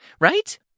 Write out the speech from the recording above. Right